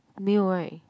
没有 right